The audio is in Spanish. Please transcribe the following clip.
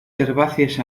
herbáceas